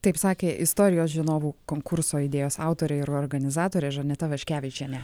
taip sakė istorijos žinovų konkurso idėjos autorė ir organizatorė žaneta vaškevičienė